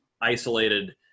isolated